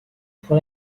pour